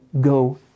go